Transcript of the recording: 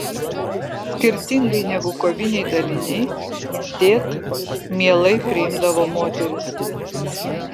skirtingai negu koviniai daliniai dėt mielai priimdavo moteris